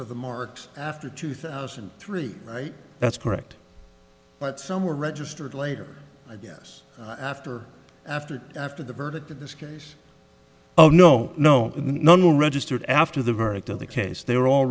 of the marks after two thousand and three right that's correct but some were registered later i guess after after after the verdict in this case oh no no no no registered after the verdict of the case they're all